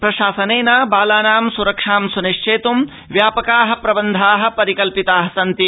प्रशासनेन बालानां स्रक्षां सुनिश्चेतुं व्यापकाः प्रबन्धाः प्रकल्पिताः सन्ति